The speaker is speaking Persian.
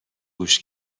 گوش